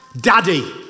daddy